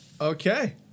Okay